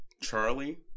Charlie